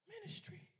ministry